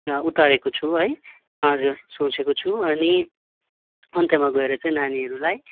उतारेको छु है हजुर सोचेको छु अनि अन्त्यमा गएर चाहिँ नानीहरूलाई